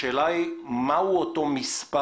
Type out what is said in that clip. השאלה שלי היא מהו אותו מספר